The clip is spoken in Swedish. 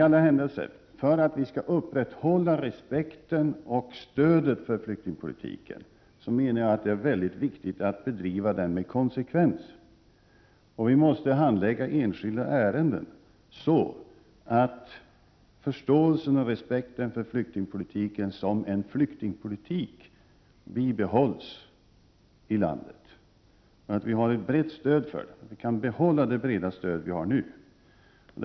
Men för att vi skall kunna upprätthålla respekten och stödet för flyktingpolitiken är det enligt min mening mycket viktigt att bedriva den med konsekvens. Vi måste handlägga enskilda ärenden så, att förståelsen och respekten för flyktingpolitiken som en flyktingpolitik bibehålls i landet. Det är viktigt att vi kan behålla det breda stöd för flyktingpolitiken som vi har nu.